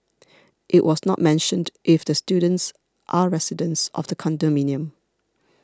it was not mentioned if the students are residents of the condominium